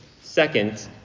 Second